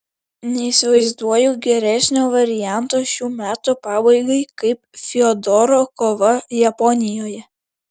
neįsivaizduoju geresnio varianto šių metų pabaigai kaip fiodoro kova japonijoje